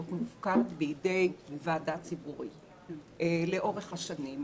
מופקד בידי ועדה ציבורית לאורך השנים.